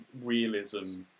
realism